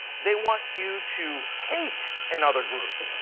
they want you to hate another group,